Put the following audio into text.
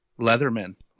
Leatherman